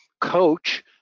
coach